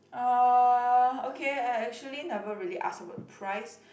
uh okay I actually never really ask about the price